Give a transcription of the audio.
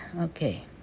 Okay